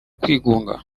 kwigunga